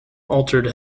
altered